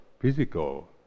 physical